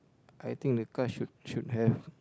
I think the car should should have